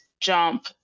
jump